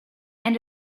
and